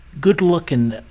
good-looking